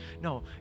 no